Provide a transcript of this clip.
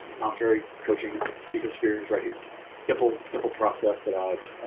tom perry coaching ecosphere is right here simple simple process that i've